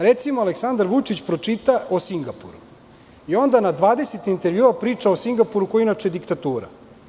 Recimo, Aleksandar Vučić pročita o Singapuru i onda na 20 intervjua priča o Singapuru koji je inače diktatura.